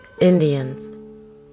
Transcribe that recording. Indians